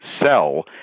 sell